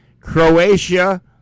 Croatia